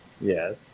Yes